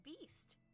beast